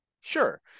Sure